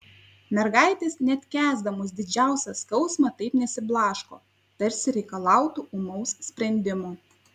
mergaitės net kęsdamos didžiausią skausmą taip nesiblaško tarsi reikalautų ūmaus sprendimo